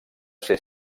ser